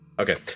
Okay